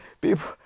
people